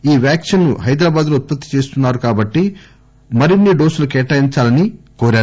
ఈ వ్యాక్పిన్ ను హైదరాబాద్ లో ఉత్పత్తి చేస్తున్నారు కాబట్టి మరింత కేటాయించాలని కోరారు